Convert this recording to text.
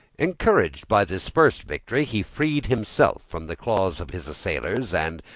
encouraged by this first victory, he freed himself from the claws of his assailers and,